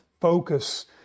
focus